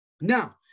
Now